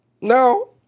no